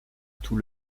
tout